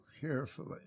carefully